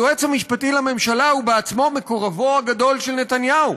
היועץ המשפטי לממשלה הוא בעצמו מקורבו הגדול של נתניהו,